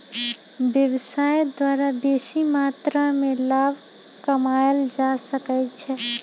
व्यवसाय द्वारा बेशी मत्रा में लाभ कमायल जा सकइ छै